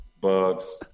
Bugs